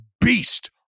beast